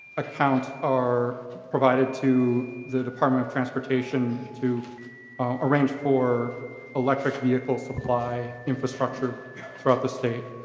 account are provided to the department of transportation to arrange for electric vehicle supply infrastructure throughout the state.